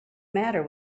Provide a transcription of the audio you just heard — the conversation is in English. matter